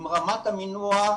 אם רמת המינוע,